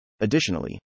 Additionally